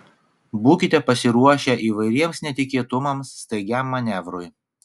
būkite pasiruošę įvairiems netikėtumams staigiam manevrui